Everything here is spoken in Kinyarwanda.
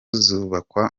zubakwa